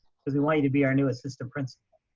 because we want you to be our new assistant principal.